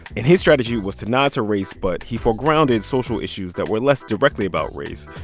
and his strategy was to nod to race, but he foregrounded social issues that were less directly about race.